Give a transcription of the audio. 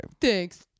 Thanks